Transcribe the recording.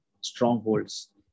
strongholds